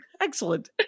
Excellent